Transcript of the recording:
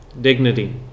dignity